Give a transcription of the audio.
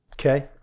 Okay